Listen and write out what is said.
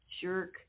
jerk